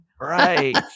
Right